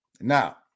now